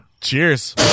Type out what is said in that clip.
Cheers